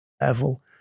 level